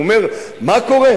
הוא אומר: מה קורה?